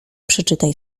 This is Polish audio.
przeczytaj